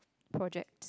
project